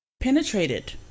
penetrated